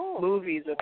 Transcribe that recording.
movies